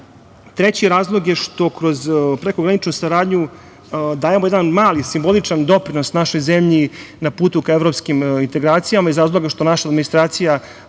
Treći razlog je što kroz prekograničnu saradnju dajemo jedan mali simboličan doprinos našoj zemlji na putu ka evropskim integracijama iz razloga što naša administracija